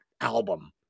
album